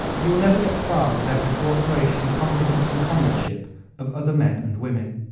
you will never get far without the co-operation, confidence and comradeship of other men and women.